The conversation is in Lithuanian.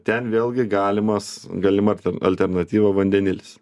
ten vėlgi galimas galima alternatyva vandenilis